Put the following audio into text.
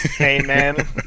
Amen